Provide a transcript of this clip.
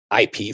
IP